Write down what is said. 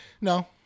No